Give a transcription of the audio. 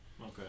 Okay